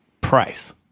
price